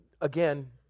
again